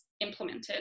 implemented